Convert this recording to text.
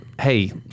hey